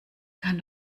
kann